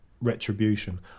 Retribution